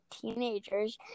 teenagers